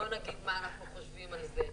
לא נגיד מה אנחנו חושבים על זה.